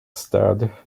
stade